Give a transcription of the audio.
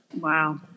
Wow